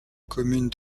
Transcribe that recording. commune